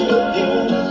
again